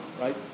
right